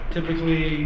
Typically